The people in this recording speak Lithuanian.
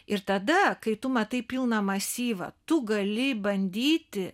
ir tada kai tu matai pilną masyvą tu gali bandyti